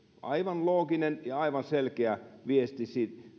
aivan looginen ja aivan selkeä viesti